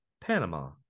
Panama